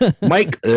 Mike